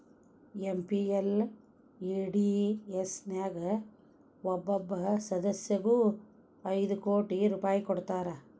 MPLADS ನ್ಯಾಗ ಒಬ್ಬೊಬ್ಬ ಸಂಸದಗು ಐದು ಕೋಟಿ ರೂಪಾಯ್ ಕೊಡ್ತಾರಾ